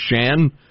Shan